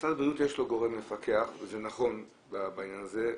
למשרד הבריאות יש גורם מפקח, וזה נכון בעניין הזה.